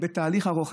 בתהליך ארוך,